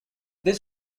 this